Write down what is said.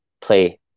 play